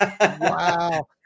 Wow